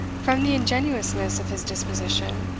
from the ingenuousness of his disposition,